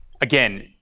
again